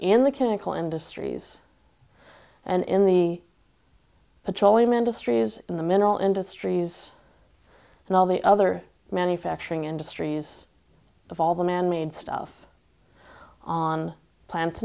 in the chemical industries and in the petroleum industries in the mineral industries and all the other manufacturing industries of all the manmade stuff on plants